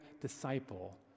disciple